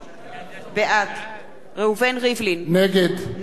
ראובן ריבלין, נגד כרמל שאמה-הכהן,